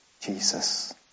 Jesus